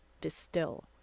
distill